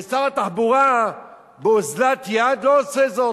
ושר התחבורה באוזלת יד לא עושה זאת.